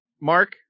Mark